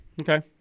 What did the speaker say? okay